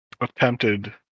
attempted